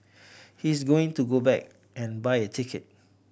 he's going to go back and buy a ticket